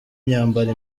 myambaro